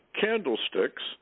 candlesticks